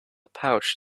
pouch